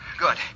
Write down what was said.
Good